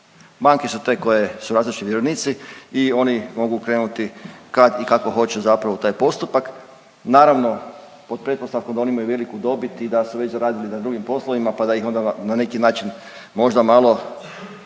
Banke su te koje su različiti vjerovnici i oni mogu krenuti kad i kako hoće zapravo u taj postupak. Naravno pod pretpostavkom da oni imaju veliku dobit i da su već zaradili na drugim poslovima pa da ih onda na neki način možda malo